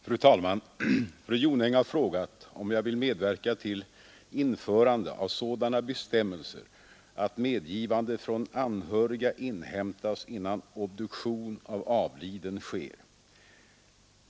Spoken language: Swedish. Fru talman! Fru Jonäng har frågat om jag vill medverka till införande av sådana bestämmelser att medgivande från anhöriga inhämtas innan obduktion av avliden sker.